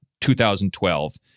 2012